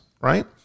right